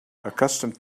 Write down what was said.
accustomed